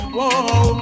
Whoa